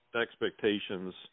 expectations